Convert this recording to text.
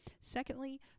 Secondly